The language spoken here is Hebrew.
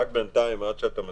בינתיים, עד שאתה מציג,